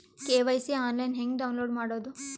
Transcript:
KYC online ಹೆಂಗ್ download ಮಾಡೋದು?